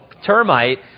termite